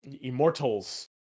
Immortals